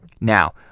Now